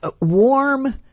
warm